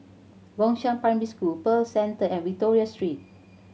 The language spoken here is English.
Gongshang Primary School Pearl Centre and Victoria Street